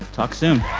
talk soon